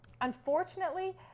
unfortunately